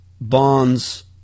bonds